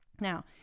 Now